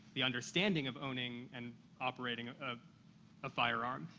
the understanding of owning and operating a ah a firearm.